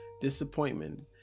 disappointment